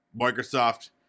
Microsoft